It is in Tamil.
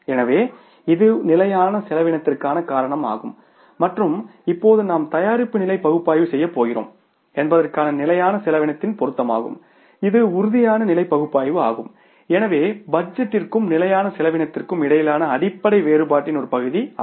எனவே இது நிலையான செலவினத்திற்கான காரணம் ஆகும் மற்றும் இப்போது நாம் தயாரிப்பு நிலை பகுப்பாய்வு செய்யப் போகிறோம் என்பதற்கான நிலையான செலவினத்தின் பொருத்தமாகும் இது உறுதியான நிலை பகுப்பாய்வு ஆகும் எனவே இது பட்ஜெட்டிற்கும் நிலையான செலவினத்திற்கும் இடையிலான அடிப்படை வேறுபாட்டின் ஒரு பகுதிஆகும்